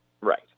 Right